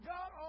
God